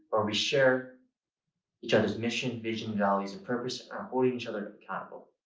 where we share each other's mission, vision, values, and purpose and holding each other accountable.